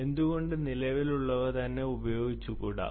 എന്തുകൊണ്ട് നിലവിലുള്ളവ തന്നെ ഉപയോഗിച്ച് കൂടാ